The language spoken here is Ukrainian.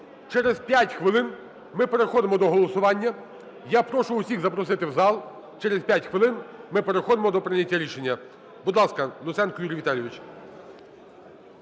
Через 5 хвилин ми переходимо до голосування. Я прошу усіх запросити в зал, через 5 хвилин ми переходимо для прийняття рішення. Будь ласка, Луценко Юрій Віталійович.